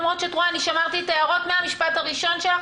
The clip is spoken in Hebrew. כפי ששמרתי את ההערות מהמשפט הראשון שלך,